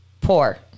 poor